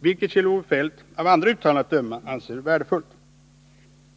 vilket Kjell-Olof Feldt av andra uttalanden att döma anser värdefullt.